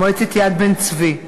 מועצת יד בן-צבי.